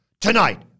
Tonight